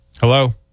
Hello